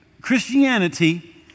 Christianity